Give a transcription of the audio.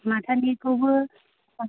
माथानिखौबो